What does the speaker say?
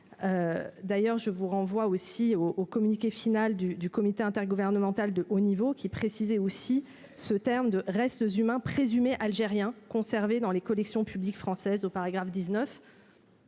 d'ailleurs je vous renvoie aussi au communiqué final du du comité intergouvernemental de haut niveau qui précisait aussi ce terme de restes humains présumés algérien conservés dans les collections publiques françaises au paragraphe 19.